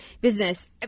business